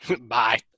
Bye